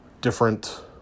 different